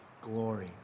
glory